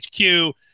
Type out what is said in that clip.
HQ